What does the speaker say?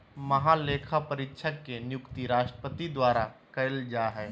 महालेखापरीक्षक के नियुक्ति राष्ट्रपति द्वारा कइल जा हइ